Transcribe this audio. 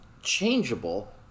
changeable